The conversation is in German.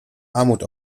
armut